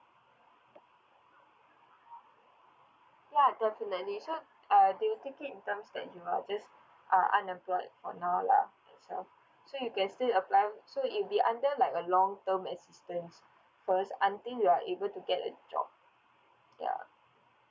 ya definitely so uh they'll take it in terms that you are just uh unemployed for now lah itself so you can still apply so it'll be under like a long term assistance first until you are able to get a job ya